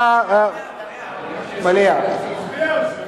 אתה, מליאה, אני מסכים.